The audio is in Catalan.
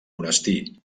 monestir